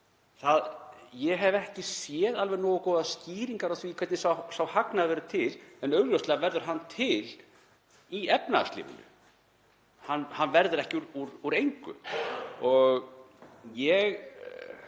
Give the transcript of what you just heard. hagnað. Ég hef ekki séð alveg nógu góðar skýringar á því hvernig sá hagnaður verður til en augljóslega verður hann til í efnahagslífinu. Hann verður ekki til úr engu. Ég er